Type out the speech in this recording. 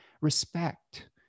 respect